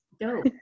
dope